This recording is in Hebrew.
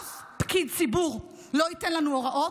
אף פקיד ציבור לא ייתן לנו הוראות,